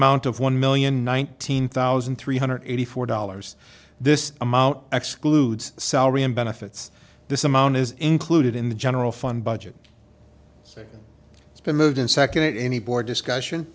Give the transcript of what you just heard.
amount of one million nineteen thousand three hundred eighty four dollars this amount excludes salary and benefits this amount is included in the general fund budget so it's been moved and seconded any board discussion